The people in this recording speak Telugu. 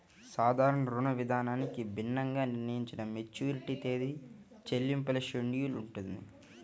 సాధారణ రుణవిధానానికి భిన్నంగా నిర్ణయించిన మెచ్యూరిటీ తేదీ, చెల్లింపుల షెడ్యూల్ ఉంటుంది